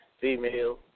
female